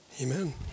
amen